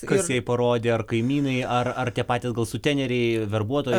kas jai parodė ar kaimynai ar ar tie patys suteneriai verbuotojai